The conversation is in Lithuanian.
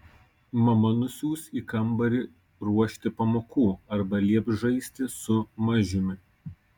mama nusiųs į kambarį ruošti pamokų arba lieps žaisti su mažiumi